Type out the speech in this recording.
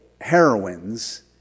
heroines